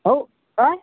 how um